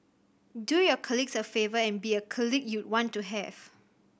do your colleagues a favour and be a colleague you'd want to have